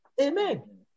Amen